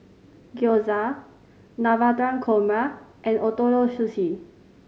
Gyoza Navratan Korma and Ootoro Sushi